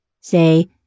say